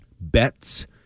bets